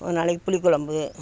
ஒரு நாளைக்கு புளிக்கொழம்பு